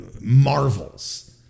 Marvels